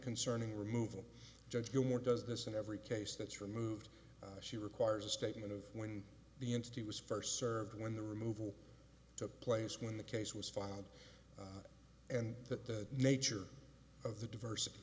concerning removal judge gilmore does this in every case that's removed she requires a statement of when the entity was first served when the removal took place when the case was filed and that the nature of the diversity